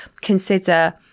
consider